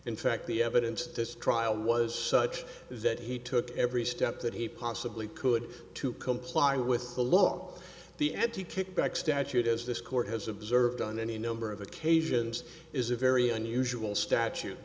in fact the evidence at this trial was such that he took every step that he possibly could to comply with the law the anti kickback statute as this court has observed on any number of occasions is a very unusual statute